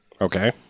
Okay